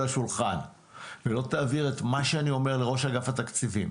השולחן ולא תעביר את מה שאני אומר לראש אגף התקציבים